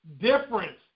difference